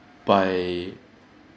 by